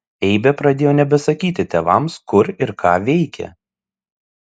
eibė pradėjo nebesakyti tėvams kur ir ką veikia